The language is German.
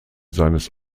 seines